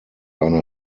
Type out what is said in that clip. eine